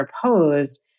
proposed